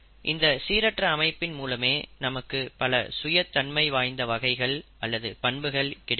இந்த சீரற்ற அமைப்பின் மூலமே நமக்கு பல சுயதன்மை வாய்ந்த வகைகள் அல்லது பண்புகள் கிடைக்கிறது